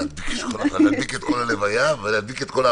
אם אתם זוכרים תיקנו גם את פסקה (6).